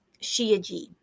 Shiaji